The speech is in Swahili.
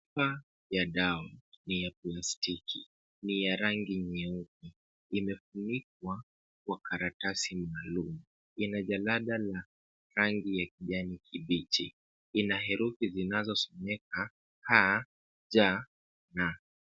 Chupa ya dawa ya plastiki ni ya rangi nyeupe. Imefunikwa kwa karatasi ya buluu, ina jalada ya rangi ya kijani kibichi. Ina herufi zinazosomeka HJN.